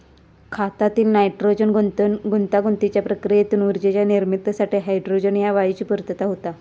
खतातील नायट्रोजन गुंतागुंतीच्या प्रक्रियेतून ऊर्जेच्या निर्मितीसाठी हायड्रोजन ह्या वायूची पूर्तता होता